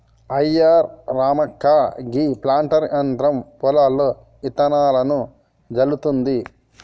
అయ్యా రామక్క గీ ప్లాంటర్ యంత్రం పొలంలో ఇత్తనాలను జల్లుతుంది